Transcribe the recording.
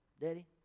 Daddy